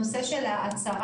הנושא של ההצהרה,